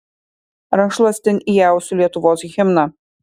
rankšluostin įausiu lietuvos himną